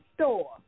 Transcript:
store